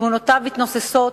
תמונותיו מתנוססות,